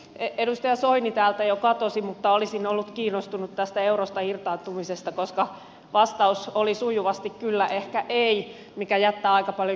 edustaja soini täältä jo katosi mutta olisin ollut kiinnostunut tästä eurosta irtaantumisesta koska vastaus oli sujuvasti kyllä ehkä ei mikä jättää aika paljon kysymyksiä